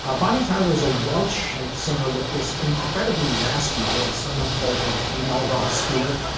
ah bonnie tyler is a welsh singer with this incredibly raspy voice. some have called her the female rod stewart.